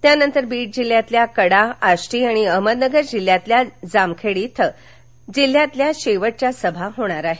त्यानंतर बीड जिल्ह्यातील कडा आष्टी आणि अहमदनगर जिल्ह्यातील जामखेड इथं जिल्ह्यातील शेवटची सभा होणार आहे